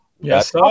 Yes